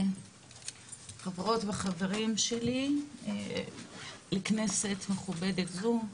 חברות וחברים שלי לכנסת מכובדת זו,